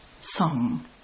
Song